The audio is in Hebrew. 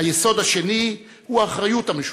היסוד השני הוא האחריות המשותפת.